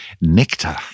Nectar